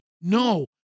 no